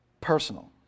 personal